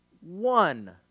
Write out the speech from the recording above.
one